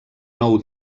nou